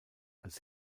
als